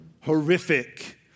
horrific